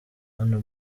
hano